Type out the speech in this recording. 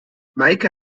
meike